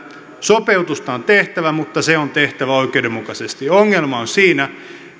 sopeutusta on tehtävä mutta se on tehtävä oikeudenmukaisesti ongelma